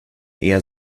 eher